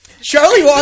Charlie